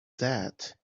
that